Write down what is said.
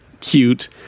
cute